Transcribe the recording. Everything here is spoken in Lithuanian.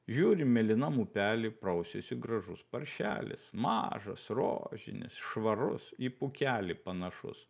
žiūri mėlynam upely prausiasi gražus paršelis mažas rožinis švarus į pūkelį panašus